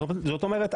זאת אומרת,